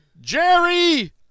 Jerry